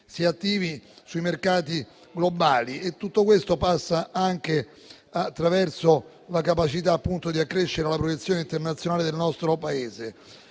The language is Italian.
si attivi sui mercati globali. Tutto questo passa anche attraverso la capacità di accrescere la proiezione internazionale del nostro Paese.